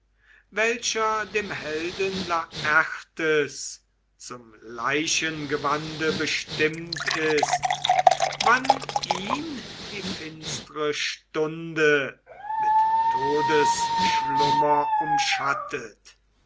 welcher dem helden laertes zum leichengewande bestimmt ist wann ihn die finstere stunde mit todesschlummer umschattet